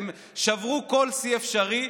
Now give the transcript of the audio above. שברו כל שיא אפשרי.